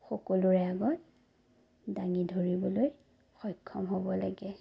সকলোৰে আগত দাঙি ধৰিবলৈ সক্ষম হ'ব লাগে